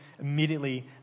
immediately